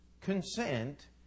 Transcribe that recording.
consent